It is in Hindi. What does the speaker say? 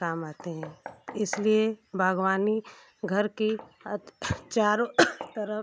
काम आते हैं तो इसलिए बागवानी घर कि अतः चारों तरफ